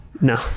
no